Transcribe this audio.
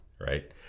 Right